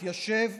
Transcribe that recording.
מתיישב.